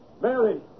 Mary